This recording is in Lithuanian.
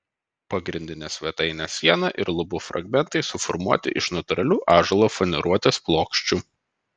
pagrindinė svetainės siena ir lubų fragmentai suformuoti iš natūralių ąžuolo faneruotės plokščių